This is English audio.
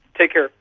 take care.